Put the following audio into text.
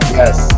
yes